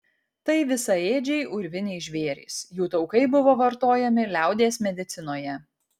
tai visaėdžiai urviniai žvėrys jų taukai buvo vartojami liaudies medicinoje